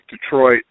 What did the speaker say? Detroit